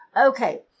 Okay